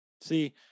See